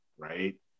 Right